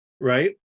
Right